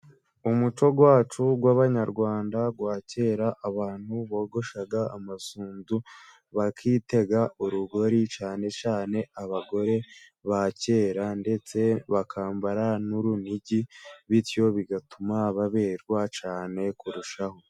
Umuco wacu w'abanyarwanda wa kera, abantu bogoshaga amasunzu, bakitega urugori cyane cyane abagore ba kera, ndetse bakambara n'urunigi, bityo bigatuma baberwa cyane kurushaho.